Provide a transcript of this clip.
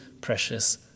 precious